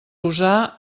usar